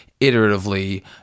iteratively